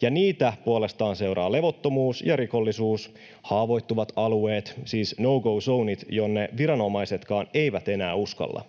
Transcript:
Ja niitä puolestaan seuraa levottomuus ja rikollisuus, haavoittuvat alueet, siis no-go-zonet, jonne viranomaisetkaan eivät enää uskalla.